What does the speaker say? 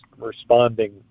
responding